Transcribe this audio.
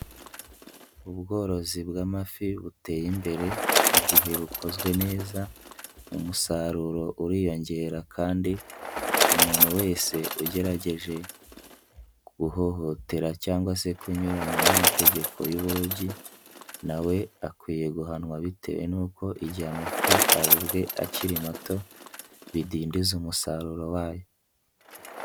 Ubworozi bw'amafi buteye imbere, igihe bukozwe neza, umusaruro uriyongera kandi umuntu wese ugerageje guhohotera cyangwa se kunyuranya n'amategeko y'uburobyi na we akwiye guhanwa, bitewe n'uko igihe amafi arobwe akiri mato, bidindiza umusaruro wayo.